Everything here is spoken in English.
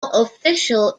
official